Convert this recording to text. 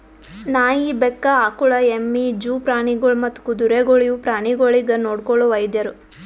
ನಾಯಿ, ಬೆಕ್ಕ, ಆಕುಳ, ಎಮ್ಮಿ, ಜೂ ಪ್ರಾಣಿಗೊಳ್ ಮತ್ತ್ ಕುದುರೆಗೊಳ್ ಇವು ಪ್ರಾಣಿಗೊಳಿಗ್ ನೊಡ್ಕೊಳೋ ವೈದ್ಯರು